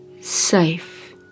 safe